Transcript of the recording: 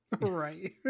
Right